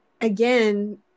again